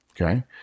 okay